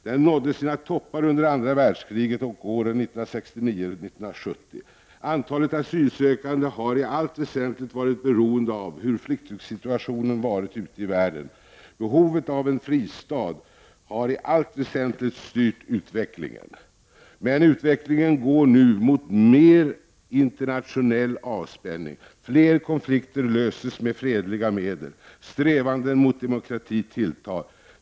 Den nådde sina toppar under andra världskriget och åren 1969-1970. Antalet asylsökande har i allt väsentligt varit beroende av hur flyktingsituationen varit ute i världen. Behovet av en fristad har i allt väsentligt styrt utvecklingen. Utvecklingen går nu mot mer av internationell avspänning, fler konflikter löses med fredliga medel och strävandena mot demokrati tilltar.